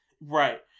right